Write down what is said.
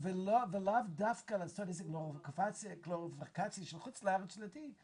ולאו דווקא לעשות עסק באפליקציה של חוץ לארץ שנתית.